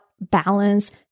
balance